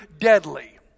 deadly